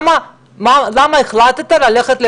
למה החלטת ללכת לבג"ץ?